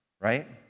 right